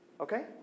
Okay